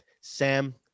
Sam